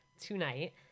tonight